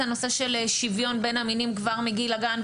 הנושא של שוויון בין המינים כבר מגיל הגן.